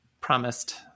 promised